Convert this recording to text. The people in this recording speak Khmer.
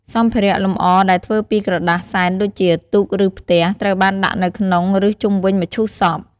សម្ភារៈលំអរដែលធ្វើពីក្រដាសសែនដូចជា ទូក ឬ ផ្ទះ ត្រូវបានដាក់នៅក្នុង ឬ ជុំវិញមឈូសសព។